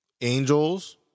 angels